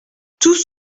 tous